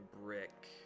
brick